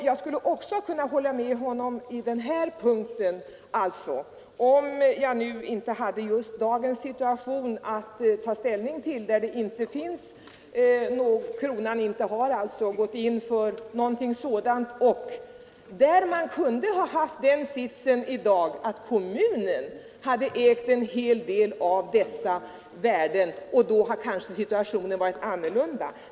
Jag skulle också kunna hålla med honom på den här punkten, om jag inte hade just dagens situation att ta ställning till, där kronan inte har gått in för några åtgärder. Vi kunde ha haft den sitsen i dag att kommunen hade ägt en hel del av dessa värden, och då hade situationen kanske varit annorlunda.